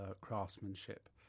craftsmanship